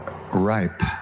ripe